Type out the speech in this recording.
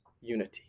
unity